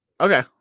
Okay